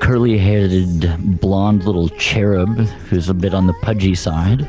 curly headed blonde little cherub who is a bit on the pudgy side,